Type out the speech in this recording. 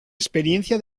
experiencia